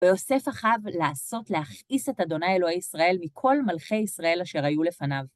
ויוסף אחאב לעשות להכעיס את ה' אלוהי ישראל מכל מלכי ישראל אשר היו לפניו.